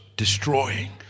destroying